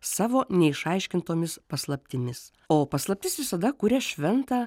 savo neišaiškintomis paslaptimis o paslaptis visada kuria šventą